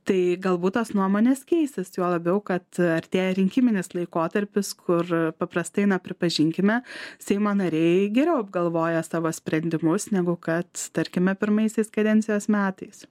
tai galbūt tos nuomonės keisis juo labiau kad artėja rinkiminis laikotarpis kur paprastai na pripažinkime seimo nariai geriau apgalvoja savo sprendimus negu kad tarkime pirmaisiais kadencijos metais